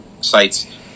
sites